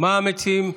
מה המציעים?